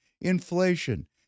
inflation